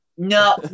No